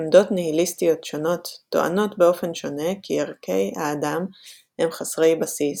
עמדות ניהיליסטיות שונות טוענות באופן שונה כי ערכי האדם הם חסרי בסיס,